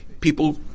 People